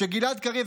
כשגלעד קריב,